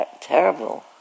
terrible